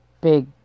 big